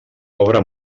obra